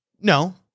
No